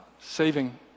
saving